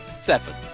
Seven